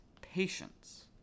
patience